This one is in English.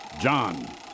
John